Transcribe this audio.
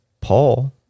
Paul